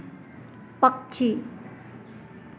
पक्षी